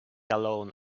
along